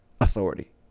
authority